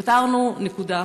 פתרנו נקודה אחת,